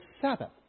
Sabbath